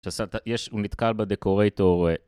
שעשה את ה... יש... הוא נתקל בדקורטור.